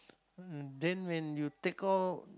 mm then when you take out